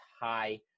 high